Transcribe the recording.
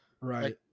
Right